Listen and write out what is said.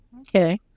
Okay